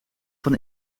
van